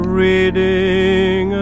reading